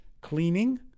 cleaning